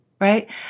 right